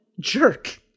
jerk